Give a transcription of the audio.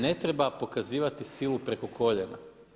Ne treba pokazivati silu preko koljena.